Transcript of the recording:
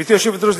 גברתי היושבת-ראש,